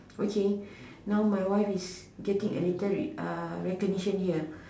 okay now my wife is getting a little recognition here